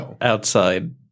outside